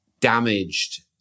damaged